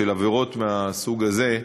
של עבירות מהסוג הזה,